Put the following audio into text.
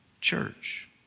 Church